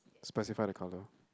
specify the color